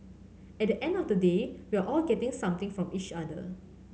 at the end of the day we're all getting something from each other